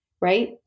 right